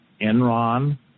Enron